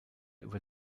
über